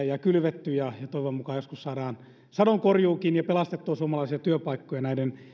ja kylvetty ja ja toivon mukaan joskus saadaan sadonkorjuukin ja pelastettua suomalaisia työpaikkoja näiden